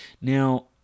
now